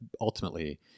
ultimately